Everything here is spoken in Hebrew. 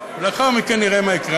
ולאחר מכן נראה מה יקרה.